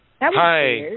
Hi